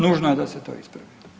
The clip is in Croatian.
Nužno je da se to ispravi.